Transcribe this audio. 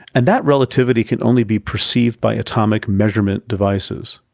and that relativity can only be perceived by atomic measurement devices.